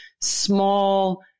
small